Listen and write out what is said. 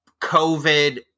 COVID